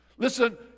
Listen